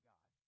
God